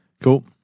cool